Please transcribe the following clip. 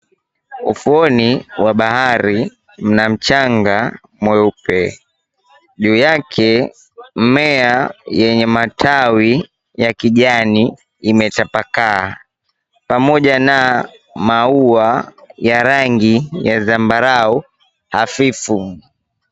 Ufuoni wa bahari mna mchanga mweupe juu yake mmea wenye matawi ya kijani imetapakaa pamoja na maua ya rangi ya zambarau hafifu.